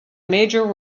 major